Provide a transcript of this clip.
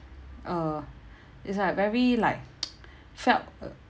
uh it's like very like felt uh